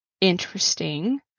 interesting